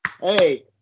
hey